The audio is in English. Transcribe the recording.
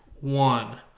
one